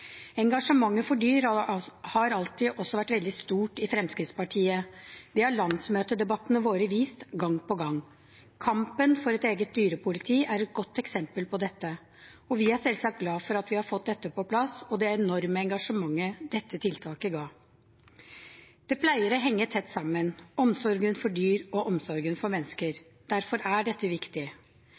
Engasjementet for dyr har alltid vært veldig stort i Fremskrittspartiet. Det har landsmøtedebattene våre vist gang på gang. Kampen for et eget dyrepoliti er et godt eksempel på dette, og vi er selvsagt glad for at vi har fått dette plass og det enorme engasjementet dette tiltaket ga. Det pleier å henge tett sammen – omsorgen for dyr og omsorgen for mennesker. Derfor er dette viktig.